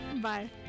Bye